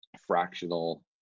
fractional